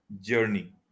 journey